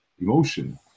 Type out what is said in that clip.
emotion